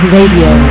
Radio